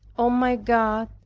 oh, my god,